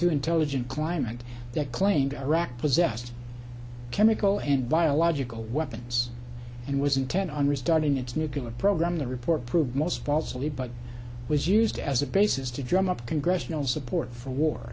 two intelligent climate that claimed iraq possessed chemical and biological weapons and was intent on restarting its nuclear program the report proved most falsely but was used as a basis to drum up congressional support for war